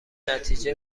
نتیجه